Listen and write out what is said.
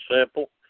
simple